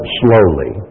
slowly